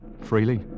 Freely